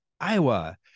Iowa